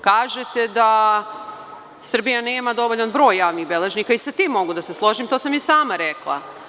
Kažete da Srbija nema dovoljan broj javnih beležnika i sa tim mogu da se složim i to sam i sama rekla.